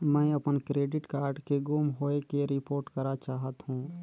मैं अपन debit card के गुम होवे के रिपोर्ट करा चाहत हों